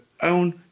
own